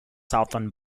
southern